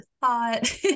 thought